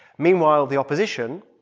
meanwhile, the opposition,